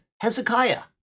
Hezekiah